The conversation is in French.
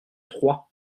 trois